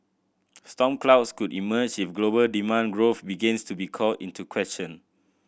storm clouds could emerge if global demand growth begins to be called into question